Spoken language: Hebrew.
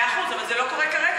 מאה אחוז, אבל זה לא קורה כרגע,